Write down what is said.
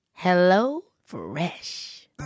HelloFresh